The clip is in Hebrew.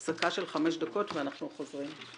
הפסקה של חמש דקות ואנחנו חוזרים.